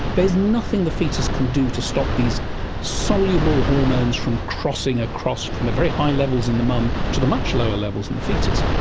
there's nothing the foetus can do to stop these soluble hormones from crossing across from the very high levels in the mum to the much lower levels in the foetus.